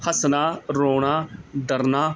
ਹੱਸਣਾ ਰੋਣਾ ਡਰਨਾ